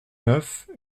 neuf